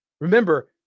Remember